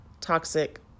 toxic